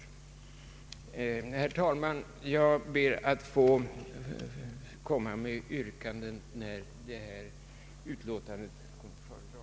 Herr talman! Jag ber att få återkomma med yrkanden när utlåtandet föredras.